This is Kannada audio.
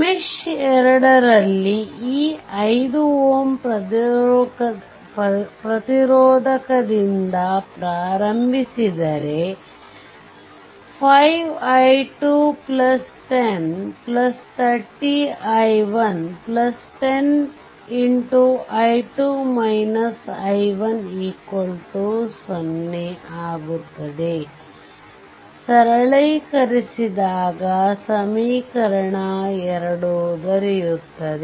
ಮೆಶ್ 2 ನಲ್ಲಿ ಈ 5 Ω ಪ್ರತಿರೋಧಕದಿಂದ ಪ್ರಾರಂಭಿಸಿದರೆ 5 i2 10 30 i1 10 0 ಆಗುತ್ತದೆ ಸರಳಿಕರಿಸಿದಾಗ ಸಮೀಕರಣ 2 ದೊರೆಯುತ್ತದೆ